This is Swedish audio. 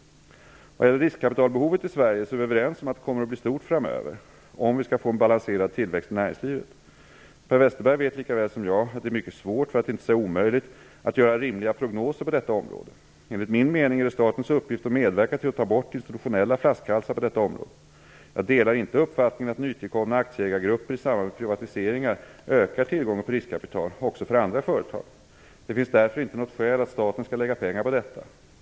Vad gäller riskkapitalbehovet i Sverige är vi överens om att det kommer att bli stort framöver - om vi skall få en balanserad tillväxt i näringslivet. Per Westerberg vet lika väl som jag att det är mycket svårt, för att inte säga omöjligt, att göra rimliga prognoser på detta område. Enligt min mening är det statens uppgift att medverka till att ta bort institutionella flaskhalsar på detta område. Jag delar inte uppfattningen att nytillkomna aktieägargrupper i samband med privatiseringar ökar tillgången på riskkapital också för andra företag. Det finns därför inte något skäl att staten skall lägga pengar på detta.